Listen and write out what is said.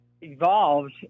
evolved